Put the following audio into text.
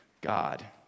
God